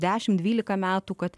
dešim dvylika metų kad